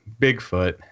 Bigfoot